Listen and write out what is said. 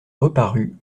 reparut